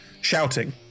shouting